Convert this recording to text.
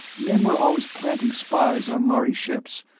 men were always planting spies on lhari ships,